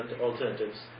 alternatives